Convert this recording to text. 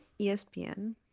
ESPN